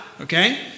okay